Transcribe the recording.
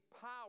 power